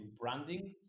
branding